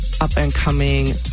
up-and-coming